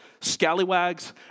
scallywags